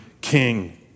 king